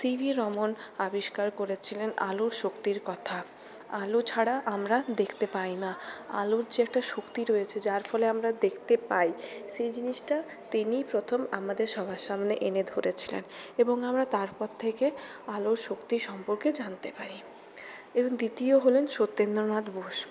C V Raman আবিষ্কার করেছিলেন আলোর শক্তির কথা আলো ছাড়া আমরা দেখতে পাই না আলোর যে একটা শক্তি রয়েছে যার ফলে আমরা দেখতে পাই সেই জিনিসটা তিনিই প্রথম আমাদের সবার সমনে এনে ধরেছিলেন এবং আমরা তারপর থেকে আলোর শক্তির সম্পর্কে জানতে পারি এবং দ্বিতীয় হলেন সত্যেন্দ্রনাথ বোস